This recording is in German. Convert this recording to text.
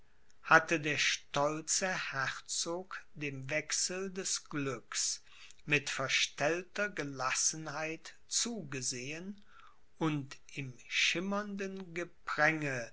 hatte der stolze herzog dem wechsel des glücks mit verstellter gelassenheit zugesehen und im schimmernden gepränge